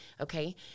Okay